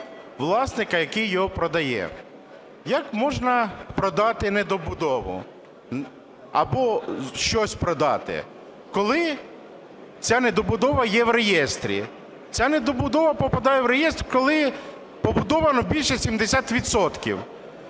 власника, який його продає. Як можна продати недобудову або щось продати, коли ця недобудова є в реєстрі? Ця недобудова попадає в реєстр, коли побудовано більше 70